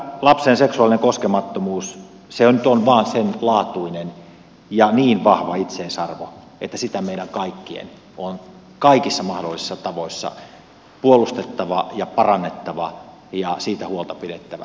lapsen seksuaalinen koskemattomuus nyt vain on senlaatuinen ja niin vahva itseisarvo että sitä meidän kaikkien on kaikilla mahdollisilla tavoilla puolustettava ja parannettava ja siitä huolta pidettävä